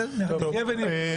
בסדר, נחיה ונראה.